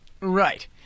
Right